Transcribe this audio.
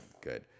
good